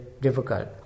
difficult